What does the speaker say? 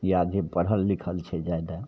या जे पढ़ल लिखल छै जादा